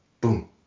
boom